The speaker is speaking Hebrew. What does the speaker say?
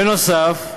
בנוסף,